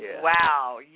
Wow